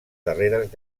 darreres